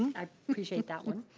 i appreciate that one.